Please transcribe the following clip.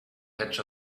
patch